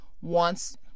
wants